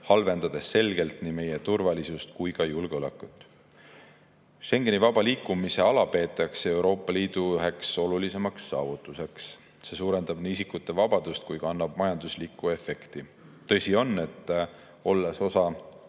halvendades selgelt nii meie turvalisust kui ka julgeolekut? Schengeni vaba liikumise ala peetakse Euroopa Liidu üheks olulisemaks saavutuseks. See suurendab isikute vabadust ja annab ka majandusliku efekti. Tõsi on, et olles osa